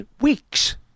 weeks